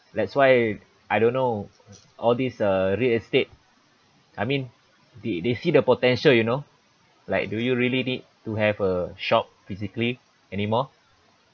that's why I don't know all these uh real estate I mean they they see the potential you know like do you really need to have a shop physically anymore